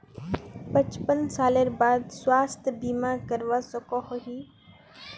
पचपन सालेर बाद स्वास्थ्य बीमा करवा सकोहो ही?